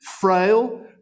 frail